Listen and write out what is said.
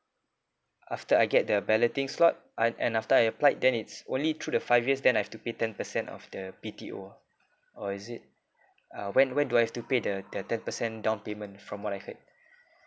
after I get the balloting slot I'm and after I applied then it's only through the five years then I've to pay ten percent of the B_T_O or is it uh when when do I have to pay the the ten percent down payment from what I heard